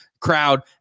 crowd